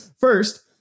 first